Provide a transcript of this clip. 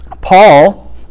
Paul